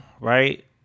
right